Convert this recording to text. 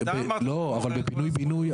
אתה אמרת --- בפינוי בינוי,